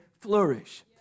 flourish